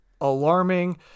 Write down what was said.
alarming